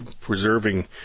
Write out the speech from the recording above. preserving